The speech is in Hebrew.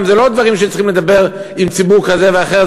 שם זה לא דברים שצריכים לדבר עם ציבור כזה ואחר,